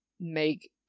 make